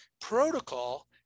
protocol